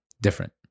different